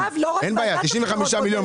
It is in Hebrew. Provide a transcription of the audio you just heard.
אין בעיה, 95 מיליון.